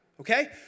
Okay